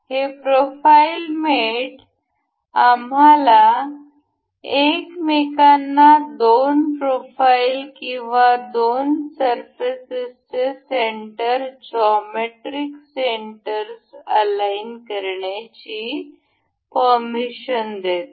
हे profile mate आम्हाला एकमेकांना दोन प्रोफाईल किंवा दोन सरफेसस्सेचे सेंटर जॉमेट्रिक सेंटर्स अलाईन करण्याची परमिशन देते